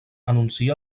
anuncia